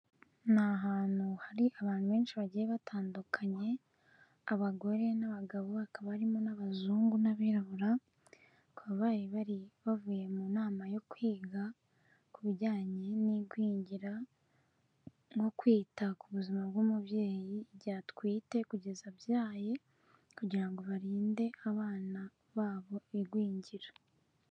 Ni ahantu hari abantu benshi bagiye batandukanye abagore n'abagabo hakaba harimo n'abazungu n'abirabura, bakaba bari bavuye mu nama yo kwiga ku bijyanye n'igwingira no kwita ku buzima bw'umubyeyi igihe atwite kugeza abyaye, kugira ngo barinde abana babo igwingira.